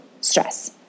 stress